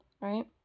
right